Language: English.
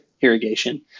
irrigation